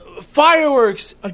fireworks